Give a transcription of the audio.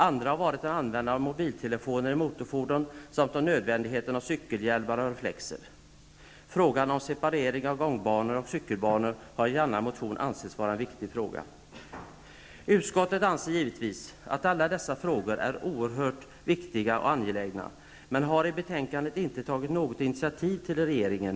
Andra förslag gäller användandet av mobiltelefoner i motorfordon samt cykelhjälmar och reflexer. Frågan om separata gångbanor och cykelbanor anses i en motion vara en viktig fråga. Utskottet anser givetvis att alla dessa frågor är oerhört viktiga och angelägna men tar i betänkandet inte något initiativ till en skrivning till regeringen.